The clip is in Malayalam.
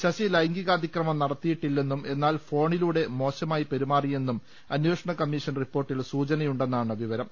ശശി ലൈംഗി കാതിക്രമം നടത്തിയിട്ടില്ലെന്നും എന്നാൽ ഫോണിലൂടെ മോശമായി പെരുമാറിയെന്നും അന്വേഷണ കമ്മീഷൻ റിപ്പോർട്ടിൽ സൂചനയുണ്ടെന്നാണ് വിവരം